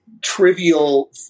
trivial